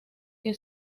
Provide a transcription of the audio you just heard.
que